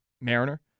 Mariner